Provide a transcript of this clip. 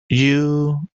you